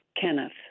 Kenneth